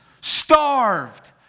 starved